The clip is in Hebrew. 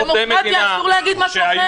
בדמוקרטיה אסור להגיד משהו אחר.